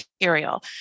material